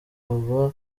aba